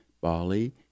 Bali